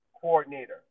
coordinator